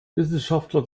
wissenschaftler